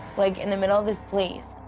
like in the middle of the sleaze.